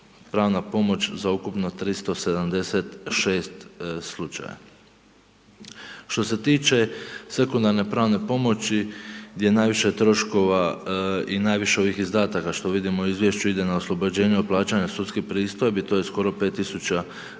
pravna pomoć za ukupno 376 slučaja. Što se tiče sekundarne pravne pomoći gdje najviše troškova i najviše ovih izdataka što vidimo u izvješću ide na oslobođenje od plaćanja sudskih pristojbi, to je skoro 5000